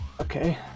Okay